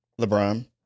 LeBron